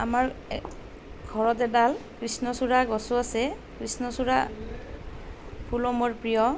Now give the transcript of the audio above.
আমাৰ ঘৰত এডাল কৃষ্ণচূড়াৰ গছো আছে কৃষ্ণচূড়া ফুলো মোৰ প্ৰিয়